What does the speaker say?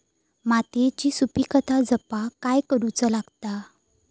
मातीयेची सुपीकता जपाक काय करूचा लागता?